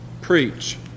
preach